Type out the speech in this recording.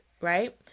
right